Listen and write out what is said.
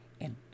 and